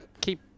keep